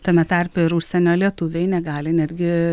tame tarpe ir užsienio lietuviai negali netgi